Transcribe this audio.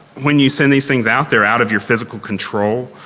when you send these things out, they are out of your physical control.